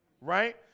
right